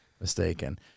mistaken